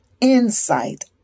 insight